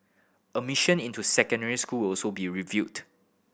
admission into secondary school also be reviewed